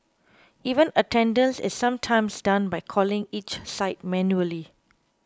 even attendance is sometimes done by calling each site manually